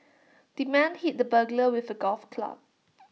the man hit the burglar with A golf club